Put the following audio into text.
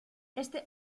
este